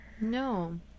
no